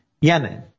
Yemen